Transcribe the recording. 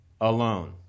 alone